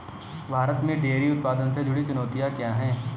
भारत में डेयरी उत्पादन से जुड़ी चुनौतियां क्या हैं?